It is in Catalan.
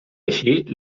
així